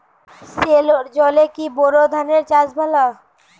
সেলোর জলে কি বোর ধানের চাষ ভালো?